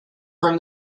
from